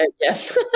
Yes